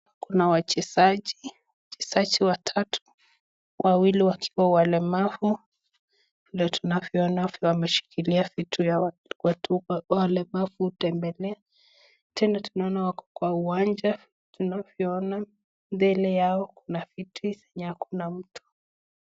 Kuna wachezaji, wachezaji watatu, wawili wakiwa walemavu ndio tunavyoona vile wameshikilia vitu watu walemavu hutembelea, tena tunaona wako kwa uwanja, tunavyoona mbele yao kuna viti zenye hakuna mtu.